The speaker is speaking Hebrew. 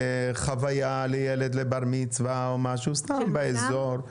חוויה לילד לבר מצווה או משהו סתם באזור?